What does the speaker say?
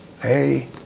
Hey